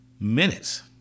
minutes